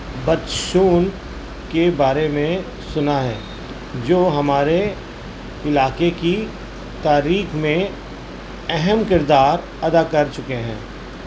پیشواؤں کے بارے میں سنا ہے جو ہمارے علاقے کی تاریخ میں اہم کردار ادا کر چکے ہیں